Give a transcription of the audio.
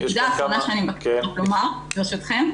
נקודה אחרונה שאני רוצה לומר ברשותכם,